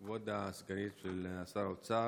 כבוד סגנית שר האוצר,